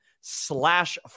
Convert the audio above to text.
slash